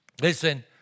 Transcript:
Listen